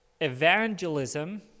evangelism